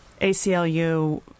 ACLU